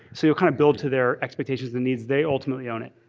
so you kind of build to their expectations and needs. they ultimately own it.